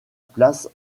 place